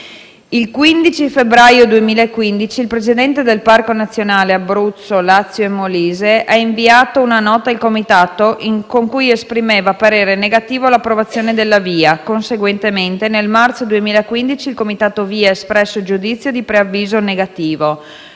Il 17 febbraio 2015, il Presidente del Parco nazionale Abruzzo, Lazio e Molise ha inviato una nota al Comitato, con cui esprimeva parere negativo all'approvazione della VIA. Conseguentemente, nel marzo 2015 il CCR-VIA ha espresso giudizio di preavviso negativo.